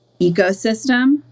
ecosystem